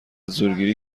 زورگیری